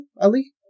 Ali